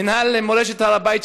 מינהל מורשת הר הבית,